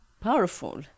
powerful